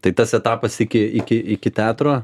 tai tas etapas iki iki iki teatro